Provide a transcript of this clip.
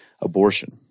abortion